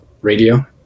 Radio